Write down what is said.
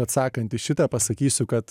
atsakant į šitą pasakysiu kad